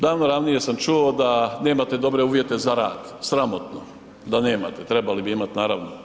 Davno ranije sam čuo da nemate dobre uvjete za rad, sramotno da ne nemate, trebali bi imat, naravno.